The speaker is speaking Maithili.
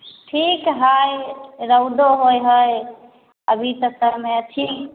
ठीक हय रौदौ होइ हय अभी तक तामे छी